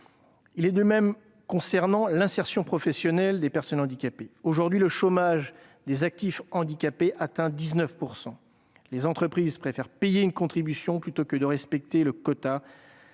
en est de même concernant l'insertion professionnelle des personnes handicapées. Aujourd'hui, le taux de chômage des actifs handicapés atteint 19 %. Les entreprises préfèrent payer une contribution plutôt que de respecter le quota